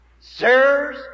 Sirs